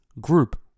group